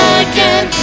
again